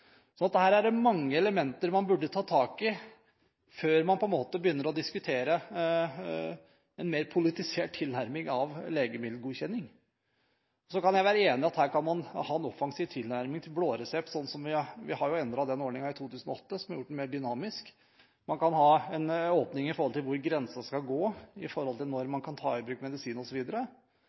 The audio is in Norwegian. Så her er det mange elementer man burde ta tak i før man begynner å diskutere en mer politisert tilnærming av legemiddelgodkjenning. Jeg kan være enig i at man kan ha en offensiv tilnærming til blå resept – vi endret jo den ordningen i 2008, noe som har gjort den mer dynamisk. Man kan ha en åpning i forhold til hvor grensen skal gå for når man kan ta i bruk medisin,